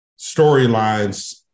storylines